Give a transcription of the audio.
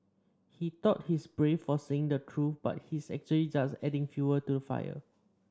he thought he's brave for saying the truth but he's actually just adding fuel to the fire